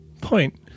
point